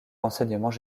renseignements